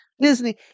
Disney